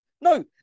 no